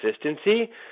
consistency